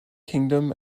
kingdom